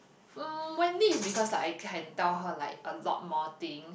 um Wendy it's because like I can tell her like a lot more things